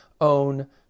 own